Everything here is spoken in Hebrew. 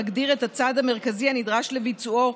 המגדיר את הצעד המרכזי הנדרש לביצועו,